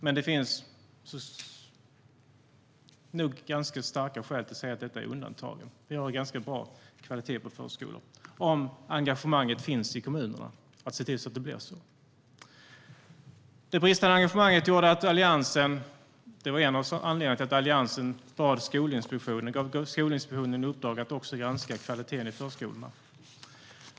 Men det finns nog ganska starka skäl att säga att detta är undantagen. Vi har en ganska bra kvalitet på förskolan, om engagemanget finns i kommunerna för att se till att det blir så. Det bristande engagemanget var en av anledningarna till att Alliansen gav Skolinspektionen i uppdrag att också granska kvaliteten i förskolorna.